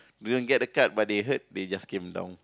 they don't get the card but they heard they just came down